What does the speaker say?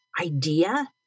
idea